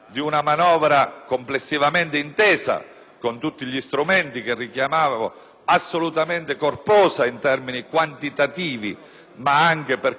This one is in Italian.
con tutti gli strumenti che richiamavo, assolutamente corposa in termini quantitativi ma anche per contenuti delle norme